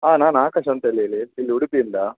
ಹಾಂ ನಾನು ಆಕಾಶ್ ಅಂಥೇಳಿ ಹೇಳಿ ಇಲ್ಲಿ ಉಡುಪಿಯಿಂದ